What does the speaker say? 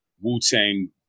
Wu-Tang